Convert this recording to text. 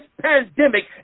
pandemic